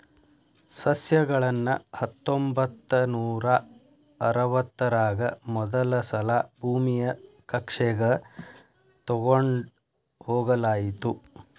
ಸಸ್ಯಗಳನ್ನ ಹತ್ತೊಂಬತ್ತನೂರಾ ಅರವತ್ತರಾಗ ಮೊದಲಸಲಾ ಭೂಮಿಯ ಕಕ್ಷೆಗ ತೊಗೊಂಡ್ ಹೋಗಲಾಯಿತು